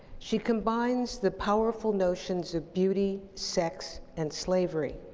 she combines the powerful notions of beauty, sex, and slavery.